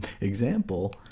example